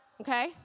okay